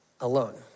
alone